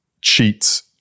cheat